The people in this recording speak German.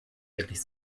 wirklich